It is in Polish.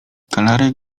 kanarek